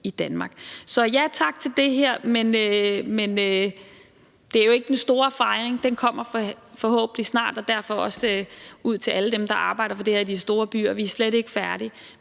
tak til det her, men det er jo ikke den store fejring – den kommer forhåbentlig snart – og derfor vil jeg også sige til alle dem, der arbejder på det her i de store byer, at vi slet ikke er færdige.